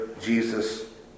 Jesus